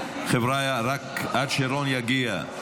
חבריא, רק עד שרון יגיע,